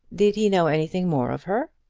did he know anything more of her?